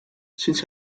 sinds